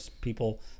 people